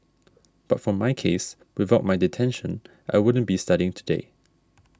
but for my case without my detention I wouldn't be studying today